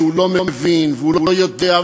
שהוא לא מבין והוא לא יודע,